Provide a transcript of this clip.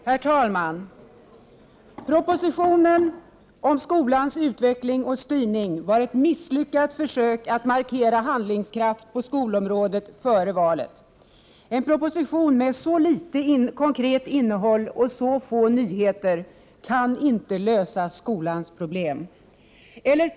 Herr talman! Propositionen om skolans utveckling och styrning var ett misslyckat försök att markera handlingskraft på skolområdet före valet. En proposition med så litet konkret innehåll och så få nyheter kan inte lösa skolans problem.